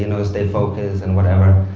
you know stay focused and whatever.